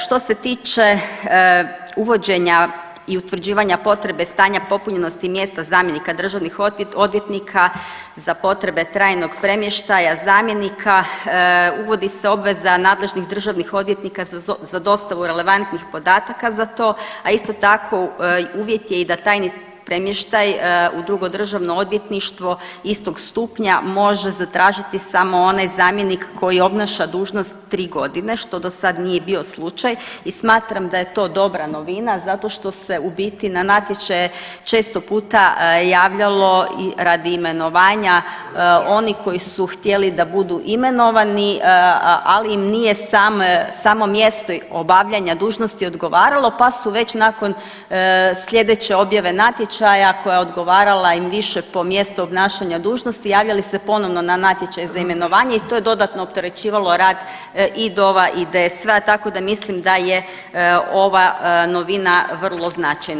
Što se tiče uvođenja i utvrđivanja potrebe stanja popunjenosti mjesta zamjenika državnih odvjetnika za potrebe trajnog premještaja zamjenika uvodi se obveza nadležnih državnih odvjetnika za dostavu relevantnih podataka za to, a isto tako uvjet je i da taj premještaj u drugo državno odvjetništvo istog stupnja može zatražiti samo onaj zamjenik koji obnaša dužnost tri godine, što do sad nije bio slučaj i smatram da je to dobra novina zato što se u biti na natječaje često puta javljalo radi imenovanja oni koji su htjeli da budu imenovani, ali im nije samo mjesto obavljanja dužnosti odgovaralo pa su već nakon sljedeće objave natječaja koja je odgovarala im više po mjestu obnašanja dužnosti javljali se ponovno na natječaj za imenovanje i to je dodatno opterećivalo rad i DOV-a i DSV-a, tako da mislim da je ova novina vrlo značajna.